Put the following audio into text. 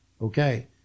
okay